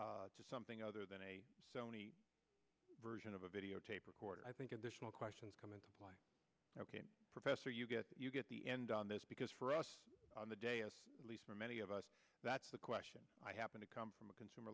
go to something other than a sony version of a videotape record i think additional questions come into play ok professor you get you get the end on this because for us on the day of release for many of us that's the question i happen to come from a consumer